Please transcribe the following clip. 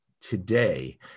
today